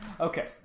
Okay